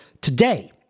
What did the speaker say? today